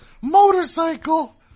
motorcycle